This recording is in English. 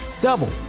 double